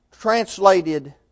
translated